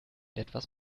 etwas